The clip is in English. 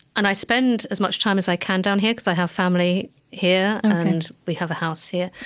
and i spend as much time as i can down here because i have family here, and we have a house here.